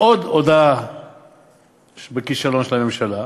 עוד הודאה של הממשלה בכישלון.